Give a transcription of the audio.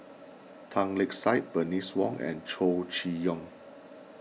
Tan Lark Sye Bernice Wong and Chow Chee Yong